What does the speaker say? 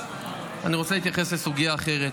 אני רוצה להתייחס לסוגיה אחרת.